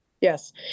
yes